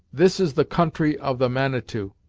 this is the country of the manitou!